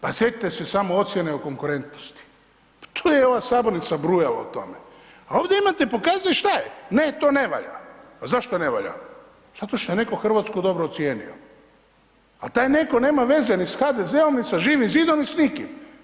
Pa sjetite se samo ocjene o konkurentnosti, pa tu je ova sabornica brujala o tome, a ovdje imate pokazuje šta je, ne to ne valja, a zašto ne valja, zato što je netko Hrvatsku dobro ocijenio, a taj netko nema veze ni s HDZ-om, ni s Živim zidom, ni s nikim.